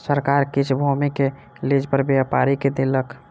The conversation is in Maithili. सरकार किछ भूमि के लीज पर व्यापारी के देलक